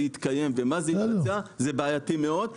יתקיים ואיך זה יבוצע זה בעייתי מאוד,